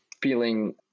Feeling